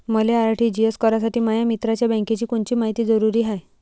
मले आर.टी.जी.एस करासाठी माया मित्राच्या बँकेची कोनची मायती जरुरी हाय?